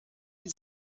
like